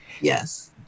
yes